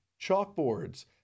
chalkboards